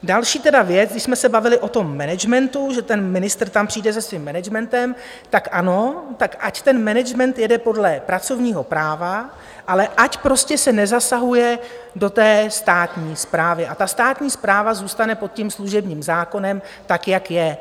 Další věc, když jsme se bavili o tom managementu, že ministr tam přijde se svým managementem tak ano, ať ten management jede podle pracovního práva, ale ať se prostě nezasahuje do státní správy a státní správa zůstane pod služebním zákonem, tak jak je.